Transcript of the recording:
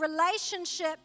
relationship